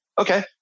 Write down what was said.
Okay